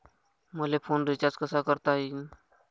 मले phone recharge कसा करता येईन?